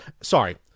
Sorry